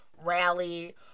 rally